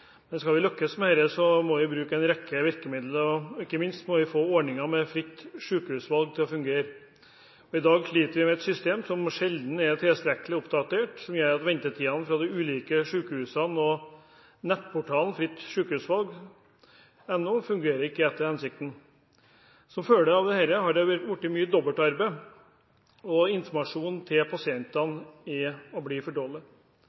men skal vi lykkes med det, må vi bruke en rekke virkemidler, og ikke minst må vi få ordningen med fritt sykehusvalg til å fungere. I dag sliter vi med et system som sjelden er tilstrekkelig oppdatert, noe som gjør at ventetiden til de ulike sykehusene og nettportalen frittsykehusvalg.no ikke fungerer etter hensikten. Som følge av dette har jeg vært borti mye dobbeltarbeid, og informasjonen til pasientene er og blir for dårlig.